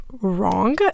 wrong